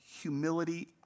humility